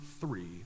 three